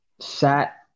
sat